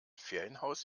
ferienhaus